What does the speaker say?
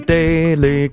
Daily